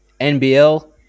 NBL